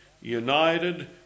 United